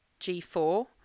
G4